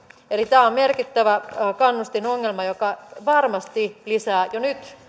eli tämä on merkittävä kannustinongelma joka varmasti lisää jo nyt